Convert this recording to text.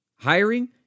Hiring